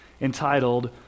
entitled